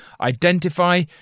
identify